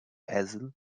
hazel